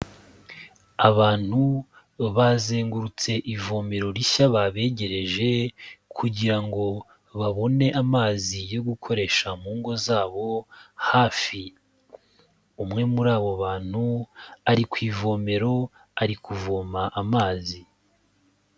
Abantu bazengurutse ivomero rishya babegereje, kugira ngo babone amazi yo gukoresha mu ngo zabo hafi. Umwe muri abo bantu ari ku ivomero, ari kuvoma amazi.